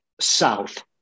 south